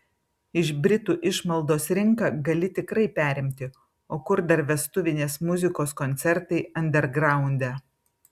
iš britų išmaldos rinką gali tikrai perimti o kur dar vestuvinės muzikos koncertai andergraunde